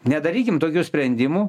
nedarykim tokių sprendimų